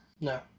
No